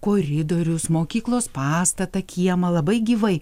koridorius mokyklos pastatą kiemą labai gyvai